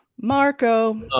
Marco